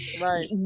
Right